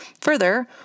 Further